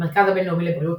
המרכז הבינלאומי לבריאות,